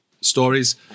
stories